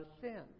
sin